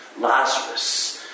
Lazarus